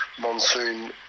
monsoon